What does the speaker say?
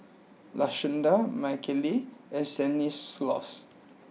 Lashunda Michaele and Stanislaus